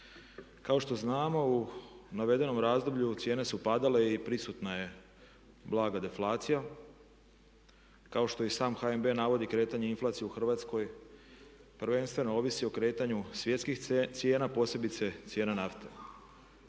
Kao što znamo u navedenom razdoblju cijene su padale i prisutna je blaga deflacija kao što i sam HNB navodi kretanje inflacije u Hrvatskoj prvenstveno ovisi o kretanju svjetskih cijena posebice cijena nafte.